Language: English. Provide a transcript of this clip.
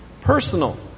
Personal